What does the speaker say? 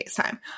FaceTime